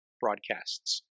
broadcasts